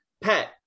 Pet